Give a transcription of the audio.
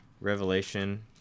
Revelation